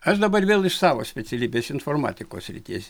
aš dabar vėl iš savo specialybės informatikos srities